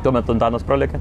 tuomet antanas pralėkė